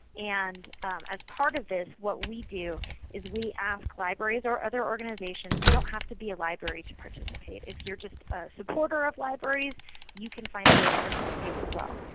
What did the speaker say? and as part of this what we do is we ask libraries or other organizations, you don't have to be a library to participate. if you are just a supporter of libraries you can find a way to participate as well.